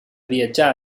viatjar